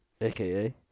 AKA